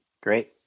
Great